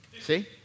See